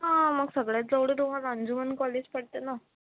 हां मग सगळ्यात जवळ तुम्हाला अंजुमन कॉलेज पडते ना